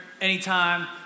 anytime